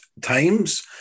times